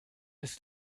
ist